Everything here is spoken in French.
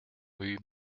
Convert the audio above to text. rue